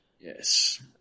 Yes